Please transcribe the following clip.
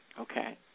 Okay